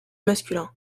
masculin